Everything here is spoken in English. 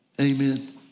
amen